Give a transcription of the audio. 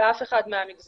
באף אחד מהמגזרים.